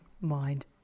mind